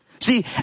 See